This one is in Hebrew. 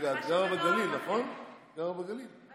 את גרה בגליל, נכון?